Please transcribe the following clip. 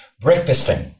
Breakfasting